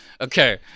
Okay